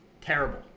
terrible